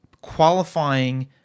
qualifying